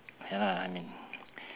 ya lah I mean